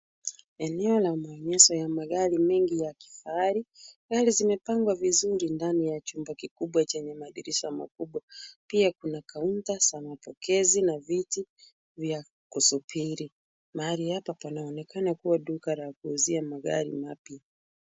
Eneo ya maonyesho ya magari mengi ya kifahari. Gari zimepangwa vizuri ndani ya chumba kikubwa chenye madirisha makubwa. Pia kuna kaunta za mapokezi na viti vya kusubiri. Mahali hapa panaonekana kuwa duka la kuuzia magari mapya.